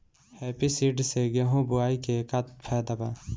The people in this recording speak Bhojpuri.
हैप्पी सीडर से गेहूं बोआई के का फायदा बा?